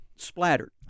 splattered